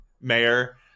mayor